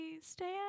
stand